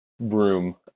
room